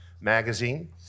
magazine